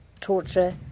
torture